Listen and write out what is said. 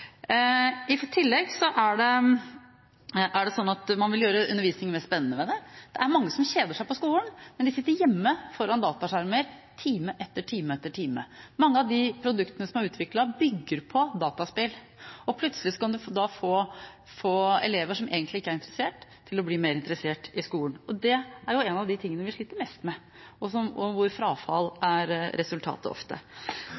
I tillegg er det sånn at man vil gjøre undervisningen mer spennende ved det. Det er mange som kjeder seg på skolen, men de sitter hjemme foran dataskjermer time etter time etter time. Mange av de produktene som er utviklet, bygger på dataspill, og plutselig kan det få elever som egentlig ikke er interessert, til å bli mer interessert i skolen. Det er jo en av de tingene vi sliter mest med, ofte med frafall som resultat. Og vi får mer spennende og variert undervisning. Så er